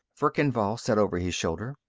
verkan vall said over his shoulder,